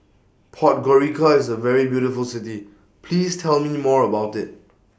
Podgorica IS A very beautiful City Please Tell Me More about IT